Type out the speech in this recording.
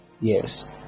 Yes